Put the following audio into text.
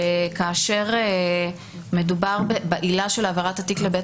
כאשר מדובר בעילה של העברת התיק לבית